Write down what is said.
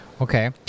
Okay